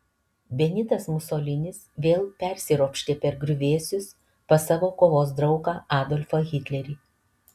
benitas musolinis vėl persiropštė per griuvėsius pas savo kovos draugą adolfą hitlerį